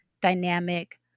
dynamic